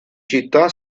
città